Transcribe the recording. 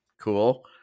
cool